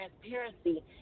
transparency